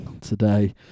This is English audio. today